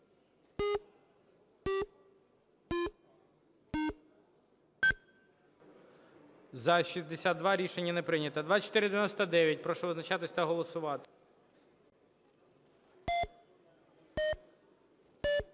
За-62 Рішення не прийнято. 2499. Прошу визначатись та голосувати.